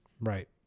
Right